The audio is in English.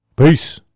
Peace